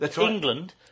England